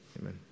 amen